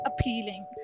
appealing